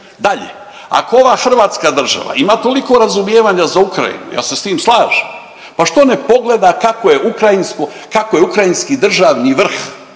Dalje, ako ova hrvatska država ima toliko razumijevanja za Ukrajinu, ja se s tim slažem, pa što ne pogleda kako je ukrajinsko, kako je